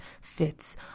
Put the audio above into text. fits